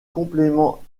complément